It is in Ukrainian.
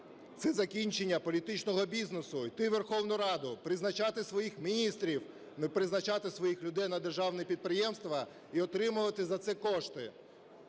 Це закінчення політичного бізнесу: йти у Верховну Раду, призначати своїх міністрів, призначати своїх людей на державні підприємства і отримувати за це кошти.